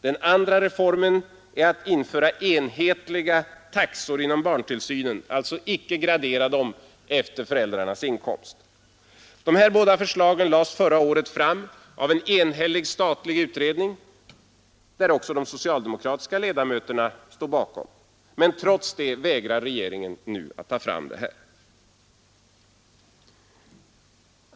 Den andra reformen är att införa enhetliga taxor inom barntillsynen — alltså icke gradera dem efter föräldrarnas inkomst. De här båda förslagen lades förra året fram av en enhällig statlig utredning, där också de socialdemokratiska ledamöterna stod bakom förslaget. Trots det vägrar regeringen nu att föra fram detta.